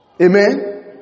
Amen